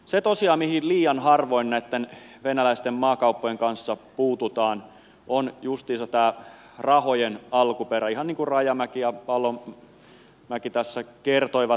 se tosiaan mihin liian harvoin näitten venäläisten maakauppojen kanssa puututaan on justiinsa tämä rahojen alkuperä ihan niin kuin rajamäki ja paloniemi tässä kertoivat